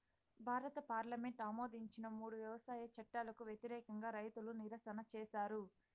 భారత పార్లమెంటు ఆమోదించిన మూడు వ్యవసాయ చట్టాలకు వ్యతిరేకంగా రైతులు నిరసన చేసారు